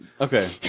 Okay